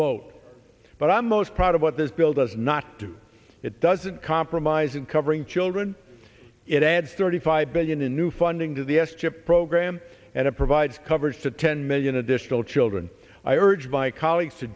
vote but i'm most proud of what this bill does not do it doesn't compromise in covering children it adds thirty five billion in new funding to the s chip program and it provides coverage to ten million additional children i urge my colleagues to